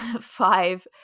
five